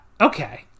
okay